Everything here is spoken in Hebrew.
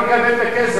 אבל אני לא מקבל את הכסף,